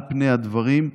על פני הדברים,